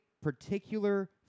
particular